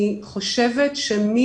שלום לכולם.